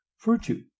virtue